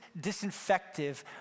disinfective